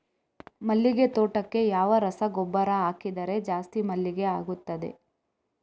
ಮಲ್ಲಿಗೆ ತೋಟಕ್ಕೆ ಯಾವ ರಸಗೊಬ್ಬರ ಹಾಕಿದರೆ ಜಾಸ್ತಿ ಮಲ್ಲಿಗೆ ಆಗುತ್ತದೆ?